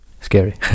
Scary